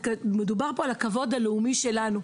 מדובר פה על הכבוד הלאומי שלנו,